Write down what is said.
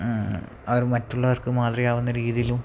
അവര് മറ്റുള്ളവർക്ക് മാതൃക ആകുന്ന രീതിയിലും